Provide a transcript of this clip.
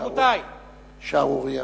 שערורייה.